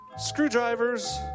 Screwdrivers